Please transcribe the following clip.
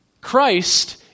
Christ